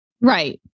Right